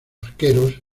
arqueros